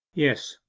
yes,